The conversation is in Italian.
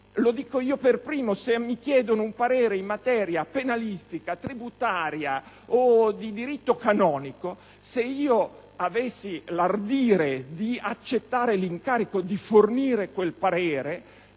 a me per primo. Se mi chiedessero un parere in materia penalistica, tributaria o di diritto canonico, e se avessi l'ardire di accettare l'incarico e di fornire quel parere,